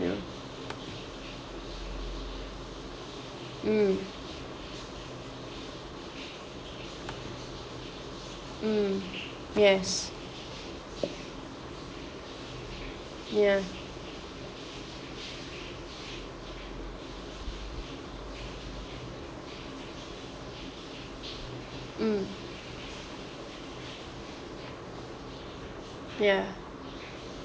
mm mm yes ya mm ya